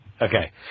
Okay